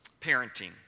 parenting